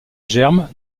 germes